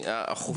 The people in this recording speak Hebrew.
החופים המוכרזים?